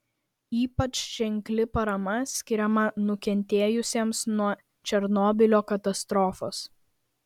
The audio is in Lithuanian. ypač ženkli parama skiriama nukentėjusiems nuo černobylio katastrofos